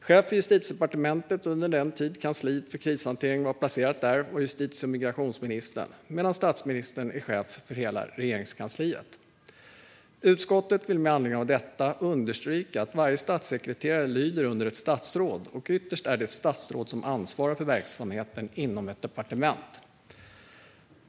Chef för Justitiedepartementet under den tid kansliet för krishantering var placerat där var justitie och migrationsministern, medan statsministern är chef för hela Regeringskansliet. Utskottet vill med anledning av detta understryka att varje statssekreterare lyder under ett statsråd. Ytterst är det statsrådet som ansvarar för verksamheten inom ett departement.